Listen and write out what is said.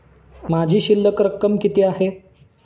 माझी शिल्लक रक्कम किती आहे?